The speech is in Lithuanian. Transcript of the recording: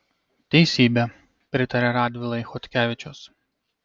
teisybė pritaria radvilai chodkevičius